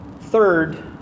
third